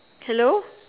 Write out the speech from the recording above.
hello